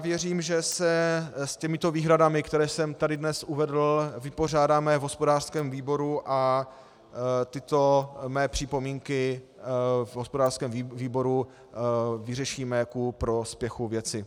Věřím, že se s těmito výhradami, které jsem tady dnes uvedl, vypořádáme v hospodářském výboru a tyto mé připomínky v hospodářském výboru vyřešíme ku prospěchu věci.